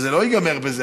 וזה לא ייגמר זה.